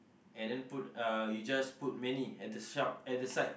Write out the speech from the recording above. and then put uh you just put many at the sharp at the side